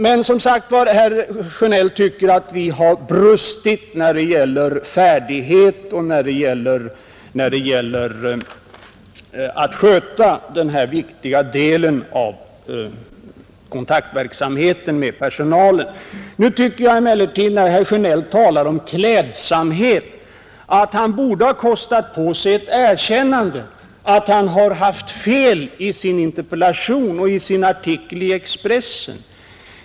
Men herr Sjönell tycker som sagt att vi har brustit i färdighet när det gäller att sköta informationen av och samrådet med personalen. När herr Sjönell talar om klädsamhet, tycker jag emellertid att han borde ha kostat på sig ett erkännande att han har haft fel i sin interpellation och i sin artikel i Expressen.